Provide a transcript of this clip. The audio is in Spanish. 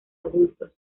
adultos